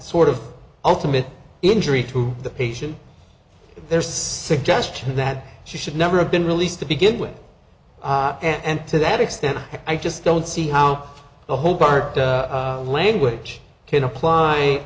sort of ultimate injury to the patient there is suggestion that she should never have been released to begin with and to that extent i just don't see how the hobart language can apply